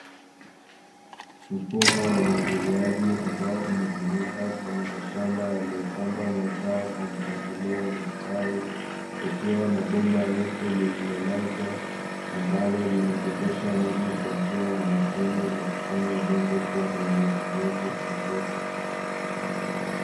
Mfumo wa umwagiliaji ambao unatumika kwenye mashamba yaliyopandwa mazao kwa mpangilio wa mistari, kukiwa na bomba refu lililolazwa ambalo linadondosha maji kwa njia ya matone na kufanya udongo kuwa na unyevunyevu muda wote.